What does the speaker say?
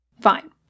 Fine